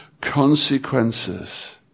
consequences